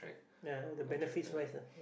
ya the benefits wise ah